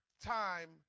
time